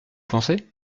pensez